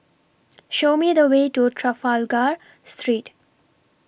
Show Me The Way to Trafalgar Street